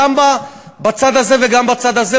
גם בצד הזה וגם בצד הזה,